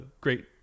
great